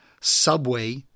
Subway